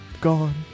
gone